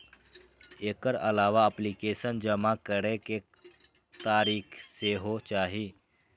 एकर अलावा एप्लीकेशन जमा करै के तारीख सेहो चाही